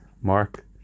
mark